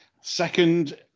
Second